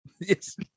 Yes